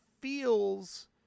feels